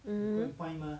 mm